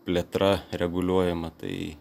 plėtra reguliuojama tai